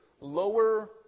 lower